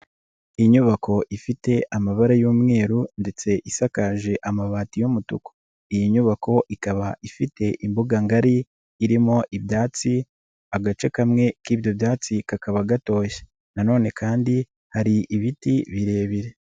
Inyubako ifite amabara y'umweru ndetse isakaje amabati y'umutuku. Iyi nyubako ikaba ifite imbuga ngari, irimo ibyatsi, agace kamwe k'ibyo byatsi kakaba gatotoshye na none kandi hari ibiti birebire.